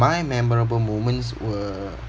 my memorable moments were